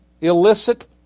Illicit